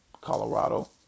Colorado